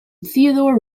theodore